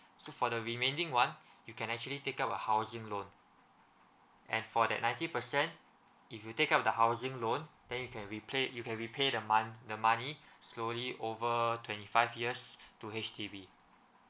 so for the remaining one you can actually take up a housing loan and for that ninety percent if you take up the housing loan then you can replay you can repay the month the money slowly over twenty five years to H_D_B